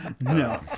No